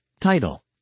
Title